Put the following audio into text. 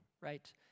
right